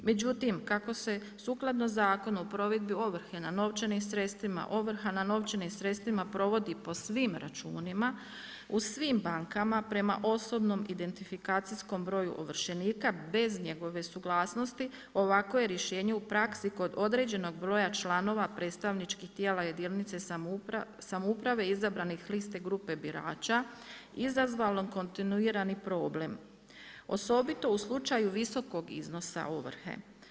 Međutim, kako se sukladno Zakonu o provedbi ovrhe na novčanim sredstvima, ovrha na novčanim sredstvima provodi po svim računima u svim bankama prema osobnom identifikacijskom broju ovršenika bez njegove suglasnosti ovakvo je rješenje u praksi kod određenog broja članova predstavničkih tijela jedinice samouprave izabranih s liste grupe birača izazvalo kontinuirani problem osobito u slučaju visokog iznosa ovrhe.